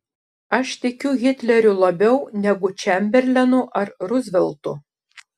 aš tikiu hitleriu labiau negu čemberlenu ar ruzveltu